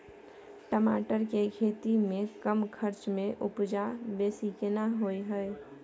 टमाटर के खेती में कम खर्च में उपजा बेसी केना होय है?